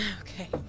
Okay